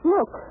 Look